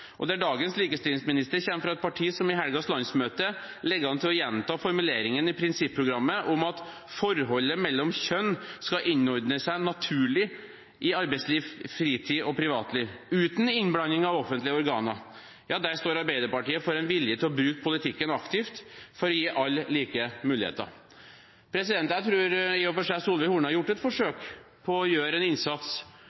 og dagens likestillingsminister kommer fra et parti som i landsmøtet til helgen ligger an til å gjenta formuleringen i prinsipprogrammet om at forholdet mellom kjønn skal innordne seg naturlig i arbeidsliv, fritid og privatliv, uten innblanding av offentlige organer. Der står Arbeiderpartiet for en vilje til å bruke politikken aktivt for å gi alle like muligheter. Jeg tror i og for seg Solveig Horne har gjort et